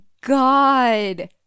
God